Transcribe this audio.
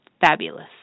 fabulous